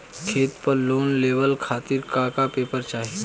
खेत पर लोन लेवल खातिर का का पेपर चाही?